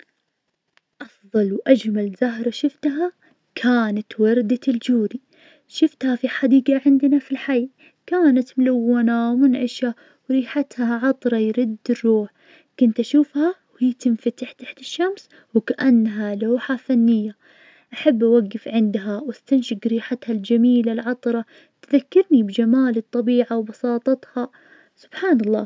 لعبة أحب ألعبها ما اصدجائي هي كرة القدم, نحب نجتمع في الملعب ونلعب مع بعض, دايماً يصير ضحك ومنافسة, كل واحد يحاول يجيب اهداف وحركات, حلو بصراحة, الجو يكون حماسي, خاصة لما نفوز, نحتفل ونصير نعيد الأهداف اللي سجلناها, تعطي جو من الحماس وتخلي علاقتنا أقوى ببعض.